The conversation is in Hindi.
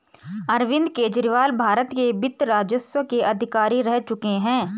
अरविंद केजरीवाल भारत के वित्त राजस्व के अधिकारी रह चुके हैं